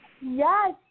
Yes